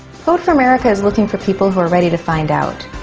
code for america is looking for people who are ready to find out.